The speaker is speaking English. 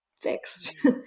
fixed